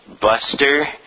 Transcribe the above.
Buster